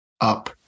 up